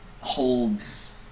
holds